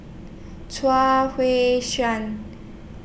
Hui